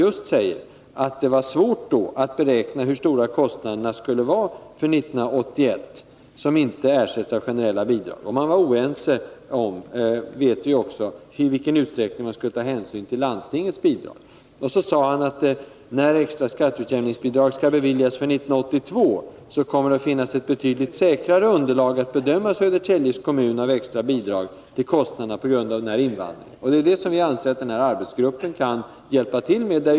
Enligt budgetministern var det svårt att beräkna hur stora de kostnader som inte ersätts av generella bidrag skulle bli 1981. Och vi vet att man också var oense om i vilken utsträckning hänsyn skulle tas till landstingets bidrag. Budgetministern sade också att det, när det extra skatteutjämningsbidraget skall beviljas för 1982, kommer att finnas ett betydligt säkrare underlag för bedömningen av Södertälje kommuns behov av extra bidrag till kostnader på grund av denna invandring. Det är just med framtagandet av detta underlag som vi anser att denna arbetsgrupp kan hjälpa till.